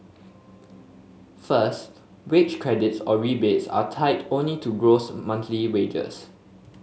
first wage credits or rebates are tied only to gross monthly wages